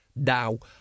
Now